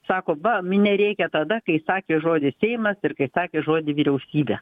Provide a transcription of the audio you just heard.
sako va minia rėkė tada kai sakė žodį seimas ir kai sakė žodį vyriausybė